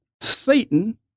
Satan